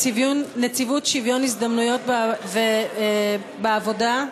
נציבות שוויון הזדמנויות בעבודה.